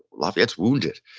lafayette's wounded.